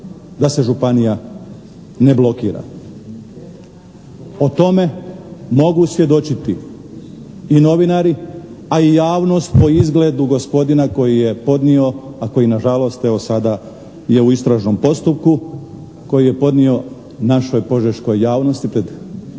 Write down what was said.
da se županija ne blokira. O tome mogu svjedočiti i novinari, a i javnost po izgledu gospodina koji je podnio, a koji nažalost evo sada je u istražnom postupku, koji je podnio našoj požeškoj javnosti pred